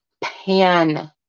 pan